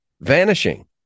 vanishing